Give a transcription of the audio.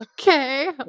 okay